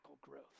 growth